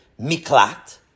Miklat